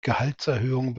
gehaltserhöhung